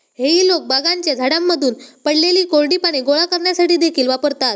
हेई लोक बागांच्या झाडांमधून पडलेली कोरडी पाने गोळा करण्यासाठी देखील वापरतात